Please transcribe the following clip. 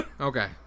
Okay